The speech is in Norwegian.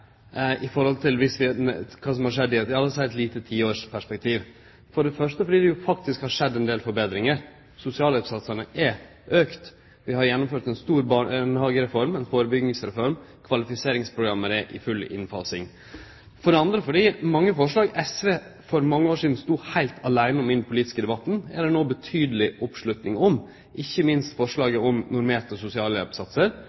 kva som har skjedd i eit lite tiårsperspektiv. For det første har det faktisk skjedd ein del forbetringar. Sosialhjelpsatsane er auka, vi har gjennomført ei stor barnehagereform, ei førebyggingsreform, og kvalifiseringsprogrammet er i full innfasing. For det andre: Mange forslag som SV for mange år sidan stod heilt aleine om i den politiske debatten, er det no betydeleg oppslutning om – ikkje minst